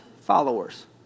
followers